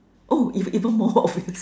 oh if even more obvious